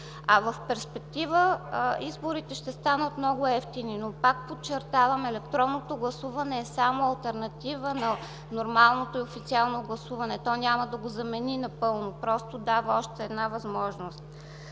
а в перспектива изборите ще станат много евтини. Пак подчертавам, електронното гласуване е само алтернатива на нормалното и официално гласуване. То няма да го замени напълно, просто дава още една възможност.